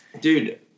Dude